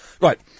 Right